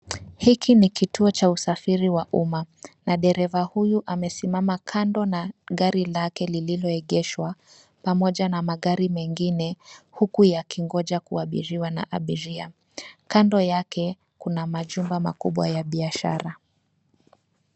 hiki ni kituo cha usafiri wa uma na dereva huyu amesimama kando na gari lake lililoegeshwa pamoja na magari mengine huku yakingoja kuabiriwa na abiria kando yake kuna machumba makubwa ya biashara.